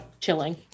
chilling